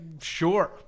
sure